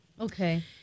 Okay